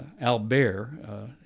Albert